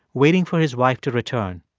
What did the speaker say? waiting for his wife to return.